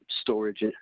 storage